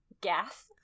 gas